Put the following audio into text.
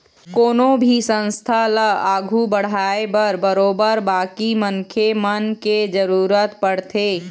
कोनो भी संस्था ल आघू बढ़ाय बर बरोबर बाकी मनखे मन के जरुरत पड़थे